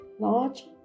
large